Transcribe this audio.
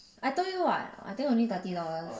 I told you [what] I think only thirty dollars